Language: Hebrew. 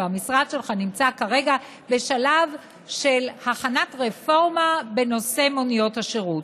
המשרד שלך נמצא כרגע בשלב של הכנת רפורמה בנושא מוניות השירות,